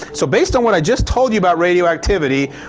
so based on what i just told you about radioactivity,